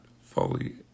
fully